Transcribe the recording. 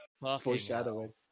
Foreshadowing